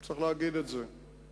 צריך להגיד את זה.